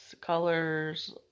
colors